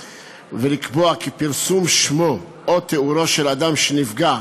ולקבוע כי פרסום שמו או תיאורו של אדם שנפגע